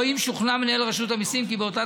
או אם שוכנע מנהל רשות המיסים כי באותה